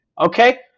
Okay